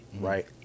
right